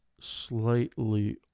slightly